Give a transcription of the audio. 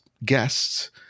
guests